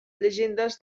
llegendes